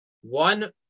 One